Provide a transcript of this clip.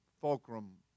fulcrum